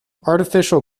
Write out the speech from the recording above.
artificial